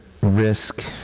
risk